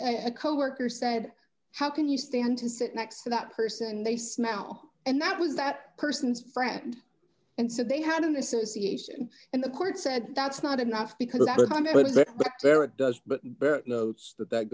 a coworker said how can you stand to sit next to that person and they smell and that was that person's friend and so they had an association and the court said that's not enough because there it does but bert notes that that